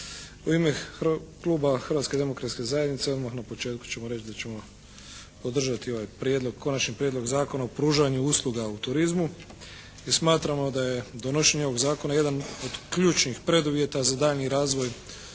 U ime Kluba Hrvatske demokratske zajednice odmah na početku ćemo reći da ćemo podržati ovaj prijedlog, Konačni prijedlog zakona o pružanju usluga u turizmu i smatramo da je donošenje ovog Zakona jedan od ključnih preduvjeta za daljnji razvoj